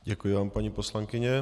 Děkuji vám, paní poslankyně.